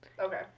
Okay